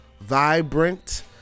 vibrant